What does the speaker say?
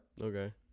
Okay